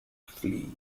flee